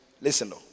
Listen